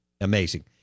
amazing